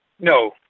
No